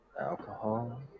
Alcohol